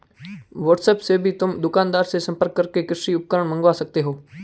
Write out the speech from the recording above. WhatsApp से भी तुम दुकानदार से संपर्क करके कृषि उपकरण मँगवा सकते हो